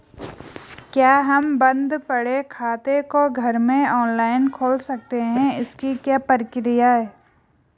क्या हम बन्द पड़े खाते को घर में ऑनलाइन खोल सकते हैं इसकी क्या प्रक्रिया है?